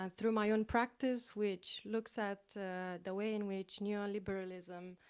ah through my own practice, which looks at the way in which neoliberalism